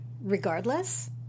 regardless